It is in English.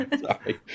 Sorry